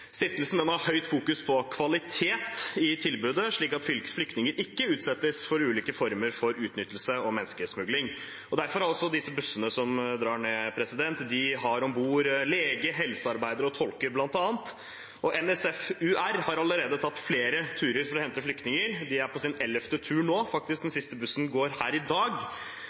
Stiftelsen fokuserer på kvalitet i tilbudet, slik at flyktninger ikke utsettes for ulike former for utnyttelse og menneskesmugling. Derfor har bussene som drar ned, om bord leger, helsearbeidere og tolker bl.a. NSFUR har allerede tatt flere turer for å hente flyktninger. De er på sin ellevte tur nå – den siste bussen går faktisk nå i dag.